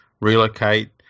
relocate